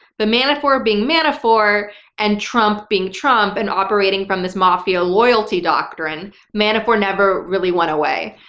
but manafort being manafort and trump being trump and operating from this mafia loyalty doctrine, manafort never really went away.